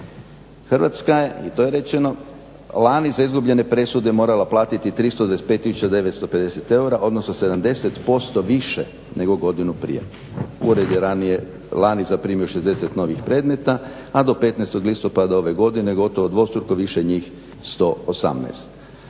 Hrvatska je, i to je rečeno, lani za izgubljene presude morala platiti 325 tisuća 950 eura, odnosno 70% više nego godinu prije. Ured je ranije, lani zaprimio 60 novih predmeta, a do 15. listopada ove godine gotovo dvostruko više njih, 118.